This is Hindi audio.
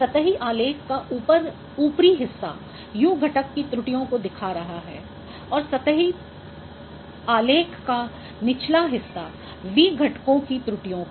सतही आलेख का उपरी हिस्सा U घटक की त्रुटियों को दिखा रहा है और सतही आलेख का निचला हिस्सा V घटकों की त्रुटियों को